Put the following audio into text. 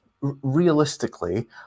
Realistically